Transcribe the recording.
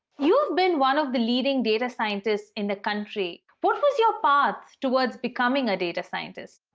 you've been one of the leading data scientists in the country. what was your path towards becoming a data scientist?